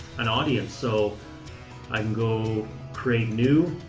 an audience. so i can go create new,